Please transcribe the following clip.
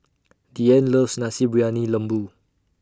Deanne loves Nasi Briyani Lembu